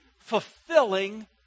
fulfilling